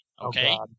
Okay